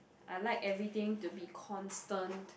I like everything to be constant